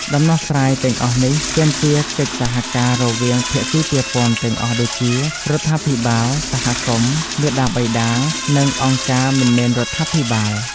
ដំណោះស្រាយទាំងអស់នេះទាមទារកិច្ចសហការរវាងភាគីពាក់ព័ន្ធទាំងអស់ដូចជា រដ្ឋាភិបាល សហគមន៍ មាតាបិតា និងអង្គការមិនមែនរដ្ឋាភិបាល។